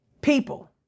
people